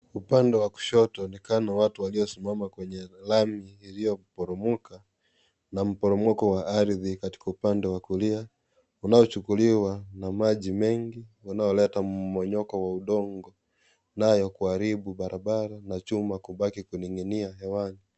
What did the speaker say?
Upande wa kushoto unaonekana watu waliosimama kwenye lami iliyoporomoka na mporomoko wa ardhi katika upande wa kulia unaochukuliwa na maji mengi yanayoleta mmomonyoko wa udongo nayo kuharibu barabara na chuma kubaki kuning'inia hewani.